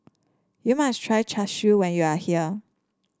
you must try Char Siu when you are here